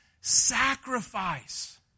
sacrifice